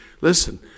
listen